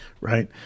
right